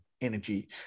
energy